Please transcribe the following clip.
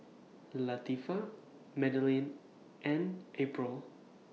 Latifah Madelyn and April